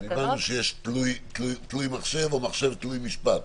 הבנתי שיש תלוי מחשב או מחשב תלוי משפט.